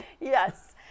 Yes